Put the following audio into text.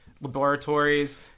laboratories